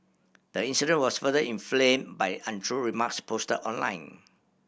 the incident was further inflamed by untrue remarks posted online